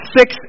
six